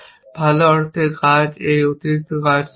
ভাল অর্থে কাজ এই অতিরিক্ত কাজ না করে